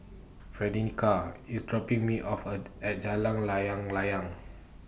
IS dropping Me afford At Jalan Layang Layang